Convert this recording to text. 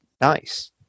nice